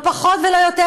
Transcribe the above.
לא פחות ולא יותר,